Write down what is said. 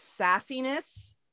sassiness